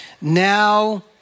now